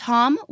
Tom